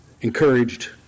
encouraged